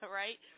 right